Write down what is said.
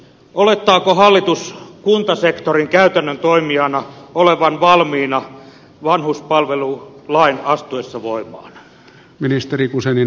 olettaako hallitus kuntasektorin käytännön toimijana olevan valmiina vanhuspalvelulain astuessa voimaan